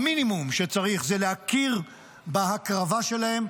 המינימום שצריך זה להכיר בהקרבה שלהם.